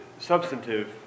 substantive